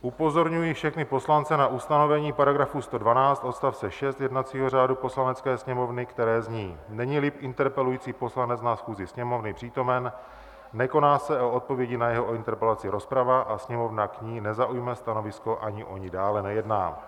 Upozorňuji všechny poslance na ustanovení § 112 odst. 6 jednacího řádu Poslanecké sněmovny, které zní: Neníli interpelující poslanec na schůzi Sněmovny přítomen, nekoná se o odpovědi na jeho interpelaci rozprava a Sněmovna k ní nezaujme stanovisko ani o ní dále nejedná.